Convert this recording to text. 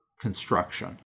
construction